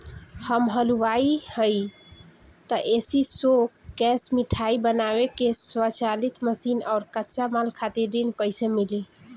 हम हलुवाई हईं त ए.सी शो कैशमिठाई बनावे के स्वचालित मशीन और कच्चा माल खातिर ऋण कइसे मिली?